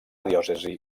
diòcesi